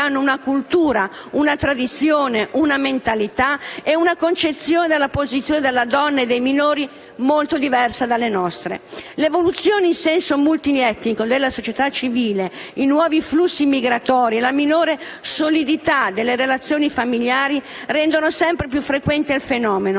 hanno una cultura, una tradizione, una mentalità e una concezione della posizione della donna e dei minori molto diverse dalle nostre. L'evoluzione in senso multietnico della società civile, i nuovi flussi migratori e la minore solidità delle relazioni familiari rendono sempre più frequente il fenomeno;